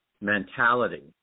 mentality